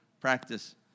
Practice